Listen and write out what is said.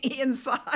inside